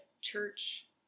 church